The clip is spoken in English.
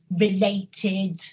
related